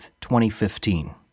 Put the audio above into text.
2015